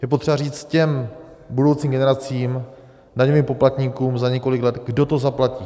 Je potřeba říct těm budoucím generacím, daňovým poplatníkům za několik let, kdo to zaplatí.